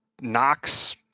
knocks